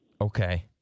Okay